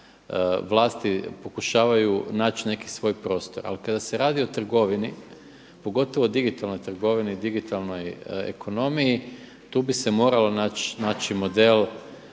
vlasti pokušavaju naći neki svoj prostor. Ali kada se radi o trgovini, pogotovo o digitalnoj trgovini, digitalnoj ekonomiji tu bi se morao naći model